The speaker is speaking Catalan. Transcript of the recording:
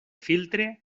filtre